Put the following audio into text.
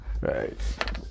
right